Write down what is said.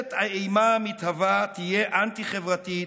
ממשלת האימה המתהווה תהיה אנטי-חברתית,